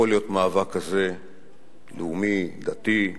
יכול להיות המאבק הזה לאומי, דתי,